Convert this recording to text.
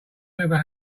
never